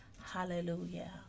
Hallelujah